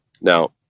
Now